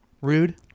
Rude